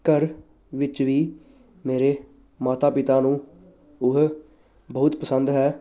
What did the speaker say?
ਘਰ ਵਿੱਚ ਵੀ ਮੇਰੇ ਮਾਤਾ ਪਿਤਾ ਨੂੰ ਉਹ ਬਹੁਤ ਪਸੰਦ ਹੈ